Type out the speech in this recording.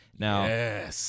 Now